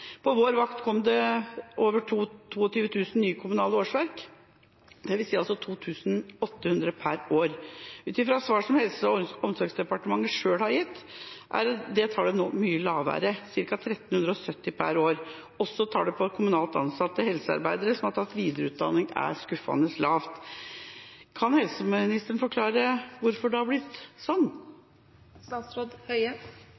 På vår vakt kom det over 22 000 nye kommunale årsverk, dvs. 2 800 per år. Utfra svar som Helse- og omsorgsdepartementet selv har gitt, er det tallet nå mye lavere, ca. 1 370 per år. Også tallet på kommunalt ansatte helsearbeidere som har tatt videreutdanning, er skuffende lavt. Kan helseministeren forklare hvorfor det har blitt